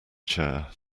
chair